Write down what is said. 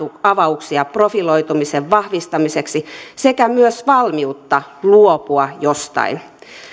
avauksia profiloitumisen vahvistamiseksi sekä myös valmiutta luopua jostain